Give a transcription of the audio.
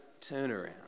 turnaround